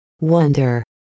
Wonder